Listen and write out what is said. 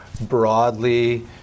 broadly